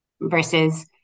versus